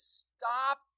stop